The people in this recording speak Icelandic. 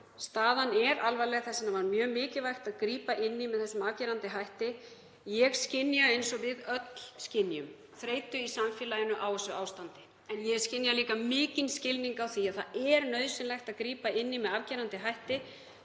Staðan er alvarleg. Þess vegna var mjög mikilvægt að grípa inn í með afgerandi hætti. Ég skynja, eins og við öll, þreytu í samfélaginu á þessu ástandi en ég skynja líka mikinn skilning á því að það er nauðsynlegt að grípa inn í með afgerandi hætti